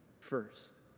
first